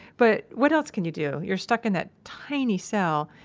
but what else can you do? you're stuck in that tiny cell,